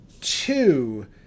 two